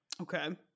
Okay